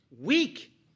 weak